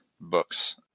books